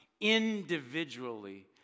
individually